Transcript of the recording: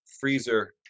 freezer